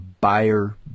buyer